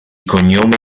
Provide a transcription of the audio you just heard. cognome